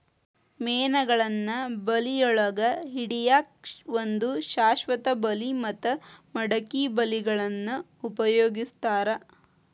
ಮೇನಗಳನ್ನ ಬಳಿಯೊಳಗ ಹಿಡ್ಯಾಕ್ ಒಂದು ಶಾಶ್ವತ ಬಲಿ ಮತ್ತ ಮಡಕಿ ಬಲಿಗಳನ್ನ ಉಪಯೋಗಸ್ತಾರ